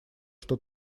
что